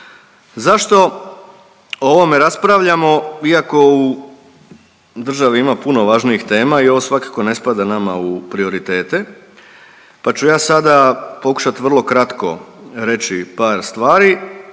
Zašto o ovome raspravljamo iako u državi ima puno važnijih tema i ovo svakako ne spada nama u prioritete, pa ću ja sada pokušat vrlo kratko reći par stvari.